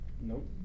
Nope